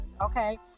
Okay